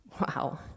Wow